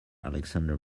alexander